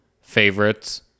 favorites